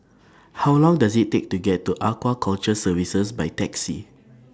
How Long Does IT Take to get to Aquaculture Services By Taxi